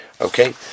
Okay